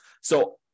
So-